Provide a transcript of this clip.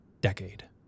decade